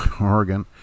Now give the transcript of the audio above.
Oregon